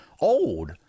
old